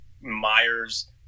Myers